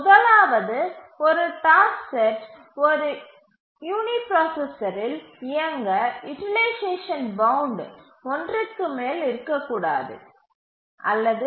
முதலாவது ஒரு task set ஒரு யூனிபிராசசரில் இயங்க யூட்டிலைசேஷன் பவுண்ட் ஒன்றிற்கு மேல் இருக்கக்கூடாது அல்லது